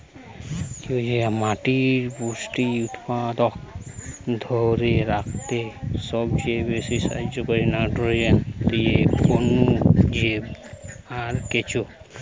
মাটির পুষ্টি উপাদানকে ধোরে রাখতে সবচাইতে বেশী সাহায্য কোরে নাইট্রোজেন দিয়ে অণুজীব আর কেঁচো